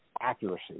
accuracy